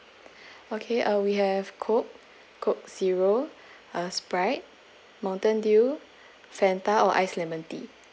okay uh we have coke coke zero uh sprite mountain dew Fanta or ice lemon tea